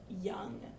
young